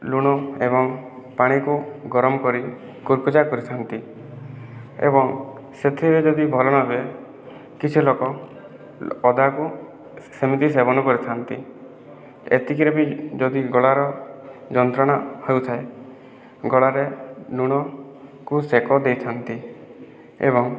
ଲୁଣ ଏବଂ ପାଣିକୁ ଗରମ କରି କୁଳୁକୁଚା କରିଥାନ୍ତି ଏବଂ ସେଥିରେ ଯଦି ଭଲ ନହୁଏ କିଛି ଲୋକ ଅଦାକୁ ସେମିତି ସେବନ କରିଥାନ୍ତି ଏତିକିରେ ବି ଯଦି ଗଳାର ଯନ୍ତ୍ରଣା ହେଉଥାଏ ଗଳାରେ ଲୁଣକୁ ଶେକ ଦେଇଥାନ୍ତି ଏବଂ